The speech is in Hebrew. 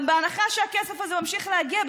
אבל בהנחה שהכסף הזה ממשיך להגיע,